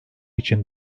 için